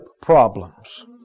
problems